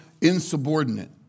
insubordinate